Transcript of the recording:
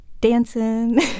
dancing